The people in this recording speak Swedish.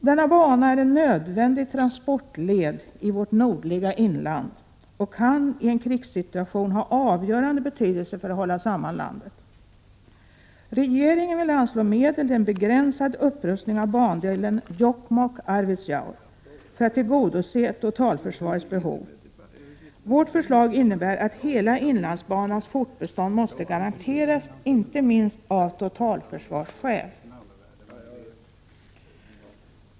Denna bana är en nödvändig transportled i vårt nordliga inland och kan i en krigssituation ha avgörande betydelse för att hålla samman landet. Regeringen vill anslå medel till en begränsad upprustning av bandelen Jokkmokk-Arvidsjaur för att tillgodose totalförsvarets behov. Vårt förslag innebär att hela inlandsbanans fortbestånd måste garanteras, inte minst av totalförsvarsskäl.